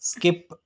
skip